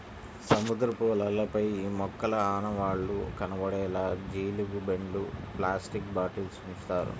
సముద్రపు అలలపై ఈ మొక్కల ఆనవాళ్లు కనపడేలా జీలుగు బెండ్లు, ప్లాస్టిక్ బాటిల్స్ ఉంచుతారు